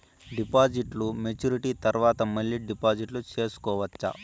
డిపాజిట్లు మెచ్యూరిటీ తర్వాత మళ్ళీ డిపాజిట్లు సేసుకోవచ్చా?